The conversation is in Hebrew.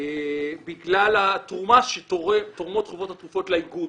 בגלל התרומה שתורמות חברות התרופות לאיגוד,